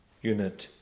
unit